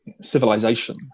civilization